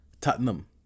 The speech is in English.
Tottenham